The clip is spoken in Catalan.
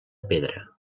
pedra